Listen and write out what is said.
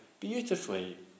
Beautifully